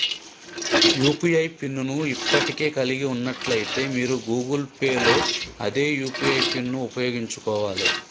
UPI pin ను ఇప్పటికే కలిగి ఉన్నట్లయితే మీరు గూగుల్ పే లో అదే యూ.పీ.ఐ పిన్ను ఉపయోగించుకోవాలే